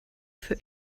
für